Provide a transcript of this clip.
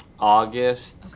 August